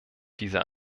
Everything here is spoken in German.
dieser